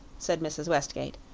said mrs. westgate,